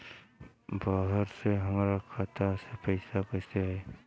बाहर से हमरा खाता में पैसा कैसे आई?